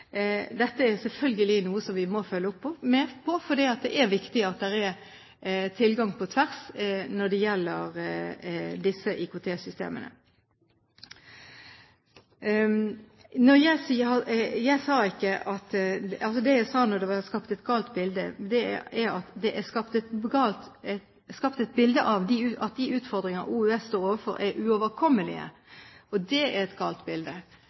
Dette er selvfølgelig noe som vi må følge med på, for det er viktig at det er tilgang på tvers når det gjelder disse IKT-systemene. Når jeg sa at det var skapt et galt bilde, mente jeg at det er skapt et bilde av at de utfordringene Oslo universitetssykehus står overfor, er uoverkommelige. Det er et galt bilde. Det mener jeg er et galt bilde.